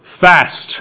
Fast